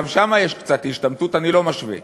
גם שם יש קצת השתמטות, אני לא משווה,